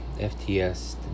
fts